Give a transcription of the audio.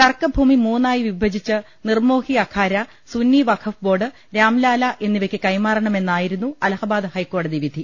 തർക്കഭൂമി മൂന്നായി വിഭജിച്ച് നിർമോഹി അഖാര സുന്നി വഖഫ് ബോർഡ് രാംലാല എന്നി വയ്ക്ക് കൈമാറണമെന്നായിരുന്നു അലഹബാദ് ഹൈക്കോടതി വിധി